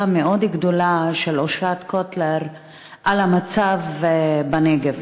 מאוד גדולה של אושרת קוטלר על המצב בנגב,